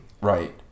Right